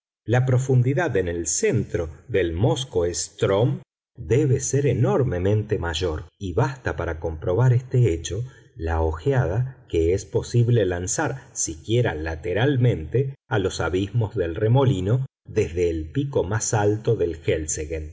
la profundidad en el centro del móskoe strm debe ser enormemente mayor y basta para comprobar este hecho la ojeada que es posible lanzar siquiera lateralmente a los abismos del remolino desde el pico más alto del